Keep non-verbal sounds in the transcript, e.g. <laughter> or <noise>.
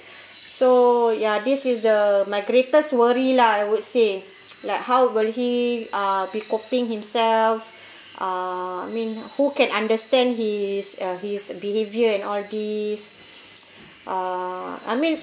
so ya this is the my greatest worry lah I would say <noise> like how will he ah be coping himself uh I mean who can understand his uh his behavior and all these <noise> uh I mean